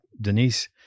Denise